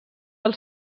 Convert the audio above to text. del